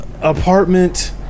apartment